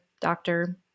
doctor